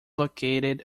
located